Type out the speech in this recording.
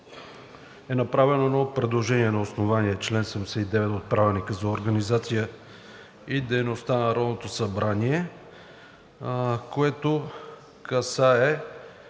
е направено едно предложение на основание чл. 79 от Правилника за организацията и дейността на Народното събрание, което касае